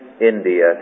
India